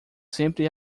sempre